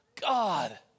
God